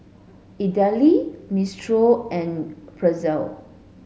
Idili Minestrone and Pretzel